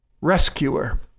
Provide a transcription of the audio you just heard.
rescuer